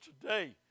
today